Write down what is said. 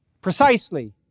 precisely